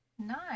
nice